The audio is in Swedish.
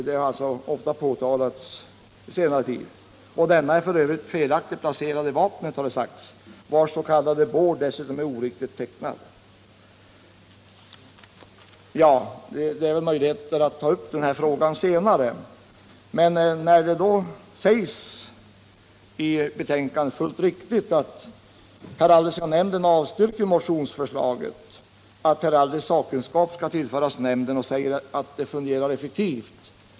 Det har ofta påtalats på senare tid. Denna är f. ö. felaktigt placerad i vapnet, vars s.k. bård dessutom är oriktigt tecknad. Det finns väl möjligheter att ta upp den här frågan senare. Heraldiska nämnden avstyrker motionsförslaget om att heraldisk sakkunskap skall tillföras nämnden och säger sig fungera effektivt.